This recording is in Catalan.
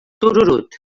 tururut